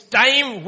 time